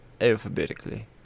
alphabetically